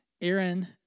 Aaron